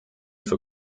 für